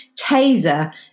taser